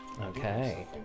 Okay